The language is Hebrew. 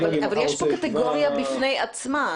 אבל יש כאן קטגוריה בפני עצמה.